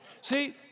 See